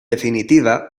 definitiva